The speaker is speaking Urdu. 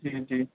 جی جی